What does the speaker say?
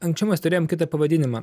anksčiau mes turėjom kitą ir pavadinimą